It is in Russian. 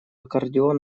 аккордеон